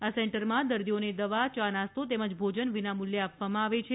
આ સેન્ટરમાં દર્દીઓને દવા ચા નાસ્તો તેમજ ભોજન વિનામૂલ્યે આપવામાં આવે છે